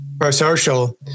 pro-social